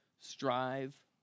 Strive